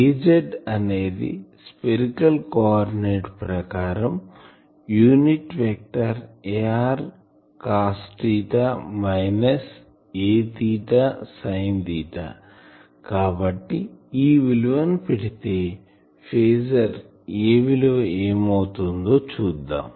Az అనేది spherical coordinate ప్రకారం unit vector Ar cos minus a sine కాబట్టి ఈ విలువని పెడితే ఫేజర్ A విలువ ఏమవుతుందో చూద్దాం